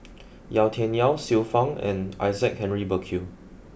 Yau Tian Yau Xiu Fang and Isaac Henry Burkill